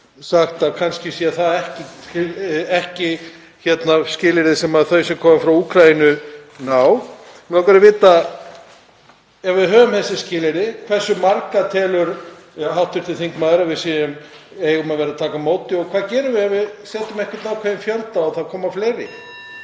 sagt að kannski sé það ekki skilyrði sem þau sem koma frá Úkraínu ná. Mig langar að vita, ef við höfum þessi skilyrði, hversu mörgum telur hv. þingmaður að við eigum að taka á móti og hvað gerum við ef við setjum ekki ákveðinn fjölda og það koma fleiri?